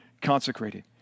consecrated